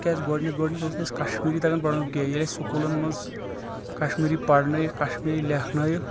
تِکیٛازِ گۄڈٕنٮ۪تھ گۄڈٕنٮ۪تھ اوس نہٕ اَسہِ کشمیٖری تگان پرُن کیٚنٛہہ ییٚلہِ اَسہِ سکوٗلن منٛز کشمیٖری پرنأیِکھ کشمیٖری لیٚکھنأیِکھ